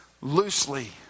loosely